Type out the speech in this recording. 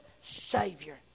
savior